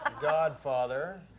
Godfather